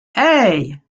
hey